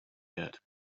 yet